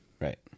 right